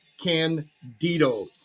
Candido